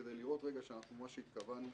כדי לראות רגע שמה שהתכוונו